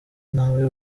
ntawe